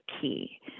key